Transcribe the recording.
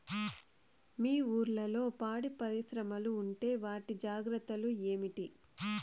మీ ఊర్లలో పాడి పరిశ్రమలు ఉంటే వాటి జాగ్రత్తలు ఏమిటి